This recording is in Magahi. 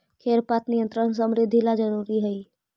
खेर पात नियंत्रण समृद्धि ला जरूरी हई